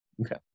Okay